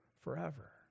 forever